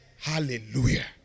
Hallelujah